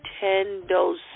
Nintendo